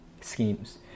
schemes